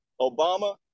Obama